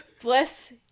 bless